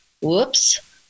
Whoops